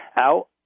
out